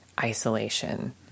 isolation